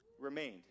remained